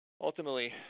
Ultimately